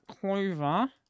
Clover